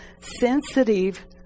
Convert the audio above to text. sensitive